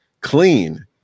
clean